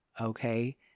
okay